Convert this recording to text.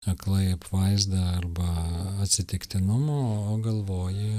aklai apvaizda arba atsitiktinumu o galvoji